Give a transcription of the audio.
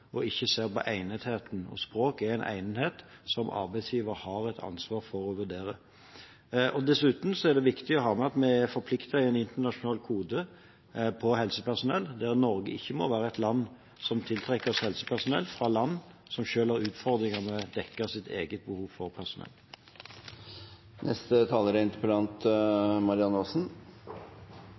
og ikke ser på egnetheten, og språk er en egnethet som arbeidsgiver har et ansvar for å vurdere. Dessuten er det viktig å ha med at vi er forpliktet i en internasjonal kode på helsepersonell, der Norge ikke må være et land som tiltrekker seg helsepersonell fra land som selv har utfordringer med å dekke sitt eget behov for personell.